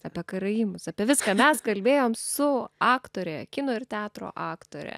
apie karaimus apie viską mes kalbėjom su aktore kino ir teatro aktore